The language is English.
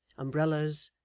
umbrellas,